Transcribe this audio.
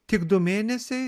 tik du mėnesiai